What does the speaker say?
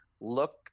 look